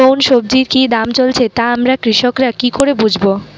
কোন সব্জির কি দাম চলছে তা আমরা কৃষক রা কি করে বুঝবো?